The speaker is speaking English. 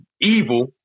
evil